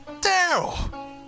Daryl